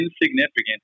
insignificant